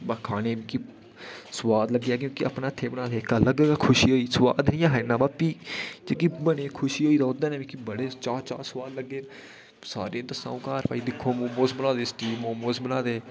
बाऽ खाने गी मिगी सोआद लग्गेआ क्योंकि अपने हत्थें बनाए दे इक्क अलग गै खुशी होई सोआद बी ऐहा इ'न्ना पर जेह्की मनै गी खुशी होई ओह्दे कन्नै मिगी बड़े चाऽ चाऽ कन्नै सोआद लग्गे सारें ई दस्सां घर कि दिक्खो मोमोस बनादे स्टीम मोमोस बनादे